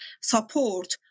support